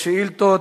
לשאילתות.